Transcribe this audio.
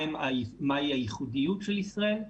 מהי הייחודיות של ישראל,